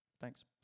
Thanks